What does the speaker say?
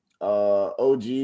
OG